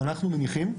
אנחנו מניחים,